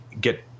get